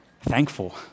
Thankful